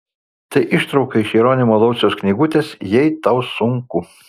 tai ištrauka iš jeronimo lauciaus knygutės jei tau sunku